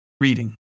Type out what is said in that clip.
reading